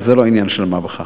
וזה לא עניין של מה בכך,